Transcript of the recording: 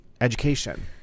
education